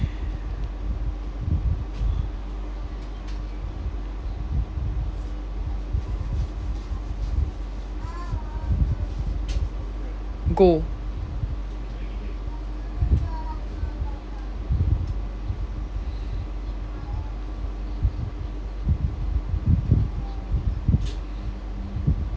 goh